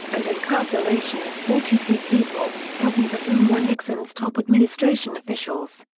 and incarceration of forty three people, dozens of whom were nixon's top administration officials.